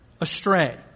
astray